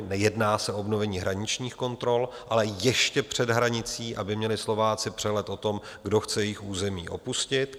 Nejedná se obnovení hraničních kontrol, ale ještě před hranicí, aby měli Slováci přehled o tom, kdo chce jejich území opustit.